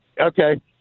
Okay